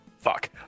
Fuck